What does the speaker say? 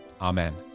Amen